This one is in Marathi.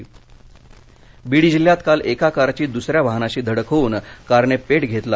अपघात बीड जिल्ह्यात काल एका कारची दु्सऱ्या वाहनाशी धडक होऊन कारने पेट घेतला